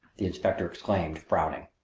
the inspector exclaimed, frowning.